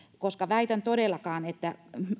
väitän että